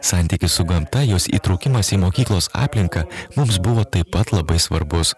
santykis su gamta jos įtraukimas į mokyklos aplinką mums buvo taip pat labai svarbus